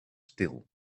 stil